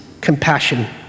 compassion